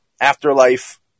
afterlife